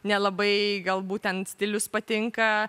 nelabai galbūt ten stilius patinka